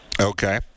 Okay